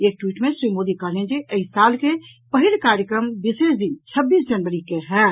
एक ट्वीट मे श्री मोदी कहलनि जे एहि साल के पहिल कार्यक्रम विशेष दिन छब्बीस जनवरी के होयत